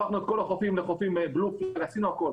הפכנו את כל החופים לחופים --- ועשינו הכל